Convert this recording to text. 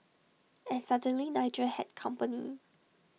and suddenly Nigel had company